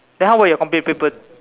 then how bout your compre paper